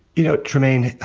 you know, trymaine,